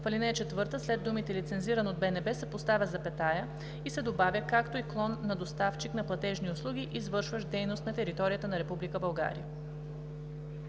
В ал. 4 след думите „лицензиран от БНБ“ се поставя запетая и се добавя „както и клон на доставчик на платежни услуги, извършващ дейност на територията на